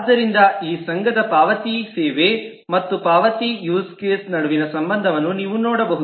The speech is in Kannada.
ಆದ್ದರಿಂದ ಈ ಸಂಘದ ಮೂಲಕ ಪಾವತಿ ಸೇವೆ ಮತ್ತು ಪಾವತಿ ಯೂಸ್ ಕೇಸ್ ನಡುವಿನ ಸಂಬಂಧವನ್ನು ನೀವು ನೋಡಬಹುದು